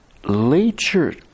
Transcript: Later